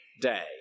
day